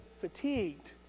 fatigued